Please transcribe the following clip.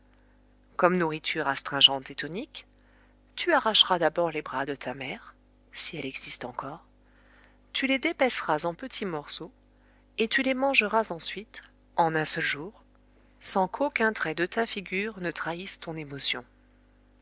comme nourriture astringente et tonique tu arracheras d'abord les bras de ta mère si elle existe encore tu les dépèceras en petits morceaux et tu les mangeras ensuite en un seul jour sans qu'aucun trait de ta figure ne trahisse ton émotion